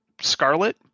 scarlet